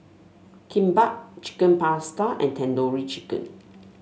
Kimbap Chicken Pasta and Tandoori Chicken